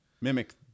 mimic